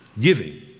giving